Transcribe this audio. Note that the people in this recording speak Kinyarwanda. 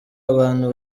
abantu